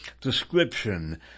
description